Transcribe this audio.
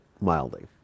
mildly